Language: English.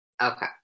Okay